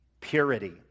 purity